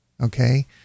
Okay